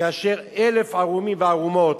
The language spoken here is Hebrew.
כאשר 1,000 ערומים וערומות,